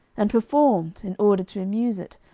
and performed, in order to amuse it,